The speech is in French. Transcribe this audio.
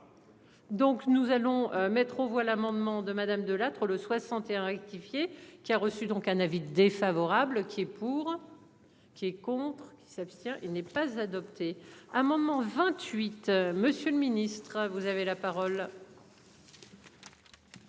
Donc nous allons mettre aux voix l'amendement de Madame De Lattre le 61 rectifié qui a reçu donc un avis défavorable qui est. Pour. Qui est contre. Qui s'abstient. Il n'est pas adopté à un moment 28 monsieur le ministre vous avez la parole.